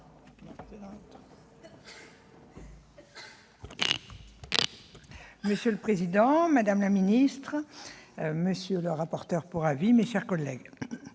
Monsieur le président, madame la secrétaire d'État, monsieur le rapporteur pour avis, mes chers collègues,